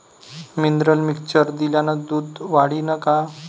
Mineral mixture दिल्यानं दूध वाढीनं का?